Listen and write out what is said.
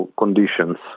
conditions